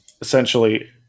essentially